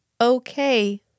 Okay